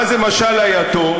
מה זה משל היתום?